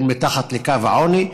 הן מתחת לקו העוני.